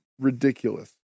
ridiculous